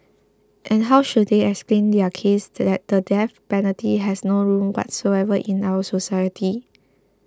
and how should they explain their case that the death penalty has no room whatsoever in our society